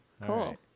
Cool